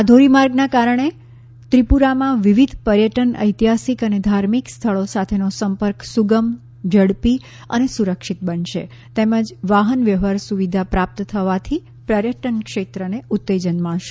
આ ધોરીમાર્ગના કારણે ત્રિપુરામાં વિવિધ પર્યટન ઐતિહાસિક અને ધાર્મિક સ્થળો સાથેનો સંપર્ક સુગમ ઝડપી અને સુરક્ષિત બનશે તેમજ વાહન વ્યવહાર સુવિધા પ્રાપ્ત થવાથી પર્યટન ક્ષેત્રને ઉત્તેજન મળશે